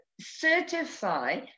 certify